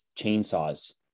chainsaws